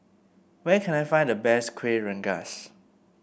where can I find the best Kueh Rengas